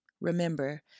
Remember